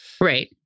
Right